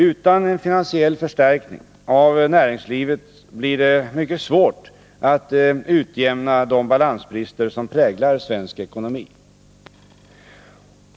Utan en finansiell förstärkning av näringslivet blir det mycket svårt att utjämna de balansbrister som präglar 65 svensk ekonomi.